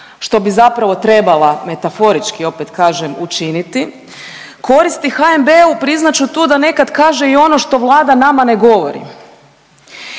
što bi zapravo trebala metaforički opet kažem učiniti, koristi HNB. Evo priznat ću tu da nekad kaže i ono što Vlada nama ne govori,